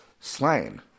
slain